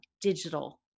digital